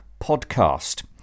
podcast